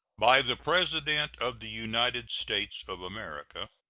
by the president of the united states of america.